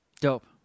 Dope